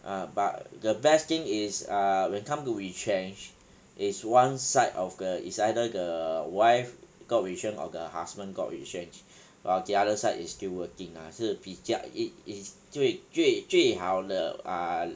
uh but the best thing is uh when come to retrenched is one side of the it's either the wife got retrenched or the husband got retrenched while the other side is still working ah 是比较 it is 最最最好的 err